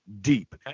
deep